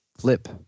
flip